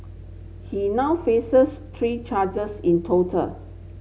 he now faces three charges in total